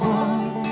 one